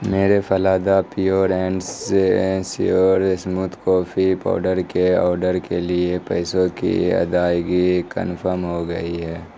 میرے falooda pure ends sure smooth coffee powder کے order کے لیے پیسوں کی ادائیگی کنفرم ہو گئی ہے